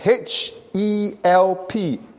H-E-L-P